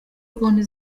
konti